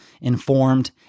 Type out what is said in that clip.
informed